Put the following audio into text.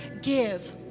give